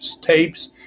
tapes